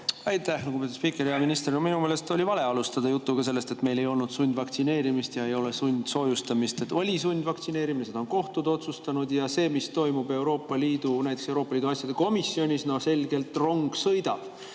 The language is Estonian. Aitäh, lugupeetud spiiker! Hea minister! Minu meelest oli vale alustada jutuga sellest, et meil ei olnud sundvaktsineerimist ja ei ole sundsoojustamist. Oli sundvaktsineerimine, kohtud on otsustanud. Ja see, mis toimub näiteks Euroopa Liidu asjade komisjonis, no selgelt rong sõidab